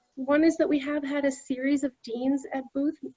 one is that we have had a series of deans at booth,